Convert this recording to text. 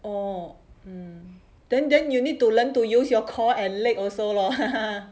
orh mm then then you need to learn to use your core and leg also lor